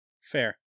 Fair